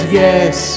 yes